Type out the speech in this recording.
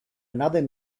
another